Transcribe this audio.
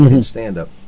stand-up